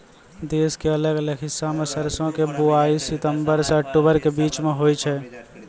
देश के अलग अलग हिस्सा मॅ सरसों के बुआई सितंबर सॅ अक्टूबर के बीच मॅ होय छै